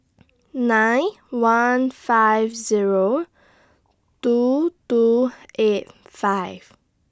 nine one five Zero two two eight five